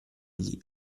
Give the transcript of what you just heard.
gli